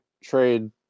Trade